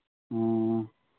ꯑꯣ